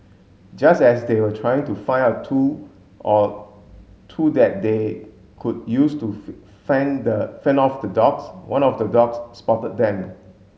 just as they were trying to find a tool or two that they could use to fend the fend off the dogs one of the dogs spotted them